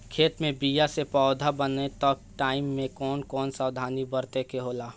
खेत मे बीया से पौधा बने तक के टाइम मे कौन कौन सावधानी बरते के होला?